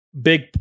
big